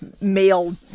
male